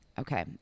Okay